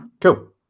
Cool